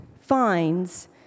finds